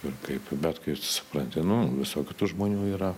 ir kaip bet kai supranti nu visokių tų žmonių yra